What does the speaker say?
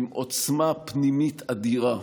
עם עוצמה פנימית אדירה.